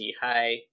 hi